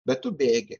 bet tu bėgi